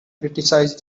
criticized